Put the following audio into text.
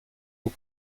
aux